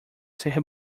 ser